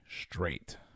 straight